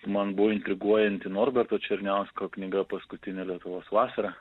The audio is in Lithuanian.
man buvo intriguojanti norberto černiausko knyga paskutinė lietuvos vasara